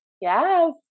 Yes